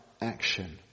action